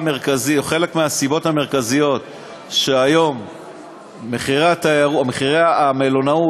אחת הסיבות המרכזיות לכך שהיום המחירים במלונות